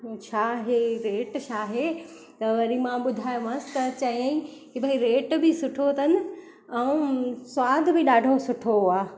छा आहे रेट छा आहे त वरी मां ॿुधायोमांसि त चयईं हिते रेट बि सुठो अथनि ऐं सवाद बि ॾाढो सुठो आहे